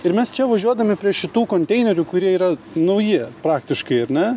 ir mes čia važiuodami prie šitų konteinerių kurie yra nauji praktiškai ar ne